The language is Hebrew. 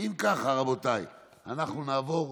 רם שפע,